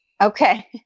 Okay